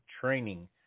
training